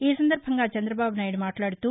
ఈ సందర్బంగా చంద్రబాబు నాయుడు మాట్లాదుతూ